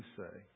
say